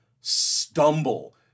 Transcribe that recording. stumble